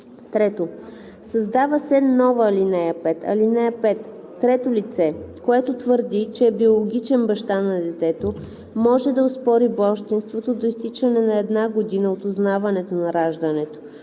3. Създава се нова ал. 5: „(5) Трето лице, което твърди, че е биологичен баща на детето, може да оспори бащинството до изтичане на една година от узнаването на раждането.